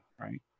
right